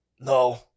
no